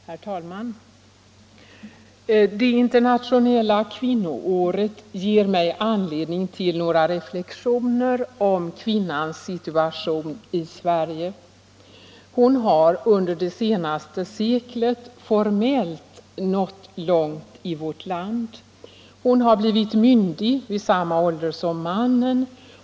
Herr talman! Det internationella kvinnoåret ger mig anledning till några reflexioner om kvinnans situation i Sverige. Kvinnan har under det senaste seklet formellt nått långt i vårt land. Hon har blivit myndig vid samma ålder som mannen.